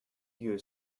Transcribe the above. you